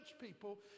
people